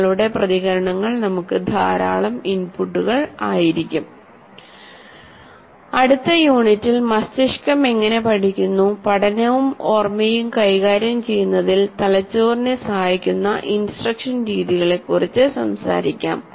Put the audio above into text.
നിങ്ങളുടെ പ്രതികരണങ്ങൾ നമുക്ക് ധാരാളം ഇൻപുട്ടുകൾ ആയിരിക്കും അടുത്ത യൂണിറ്റിൽ മസ്തിഷ്കം എങ്ങനെ പഠിക്കുന്നു പഠനവും ഓർമ്മയും കൈകാര്യം ചെയ്യുന്നതിൽ തലച്ചോറിനെ സഹായിക്കുന്ന ഇൻസ്ട്രക്ഷൻ രീതികളെക്കുറിച്ച് സംസാരിക്കും